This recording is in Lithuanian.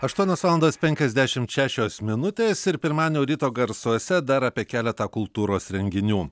aštuonios valandos penkiasdešimt šešios minutės ir pirmadienio ryto garsuose dar apie keletą kultūros renginių